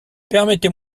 permettez